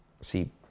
See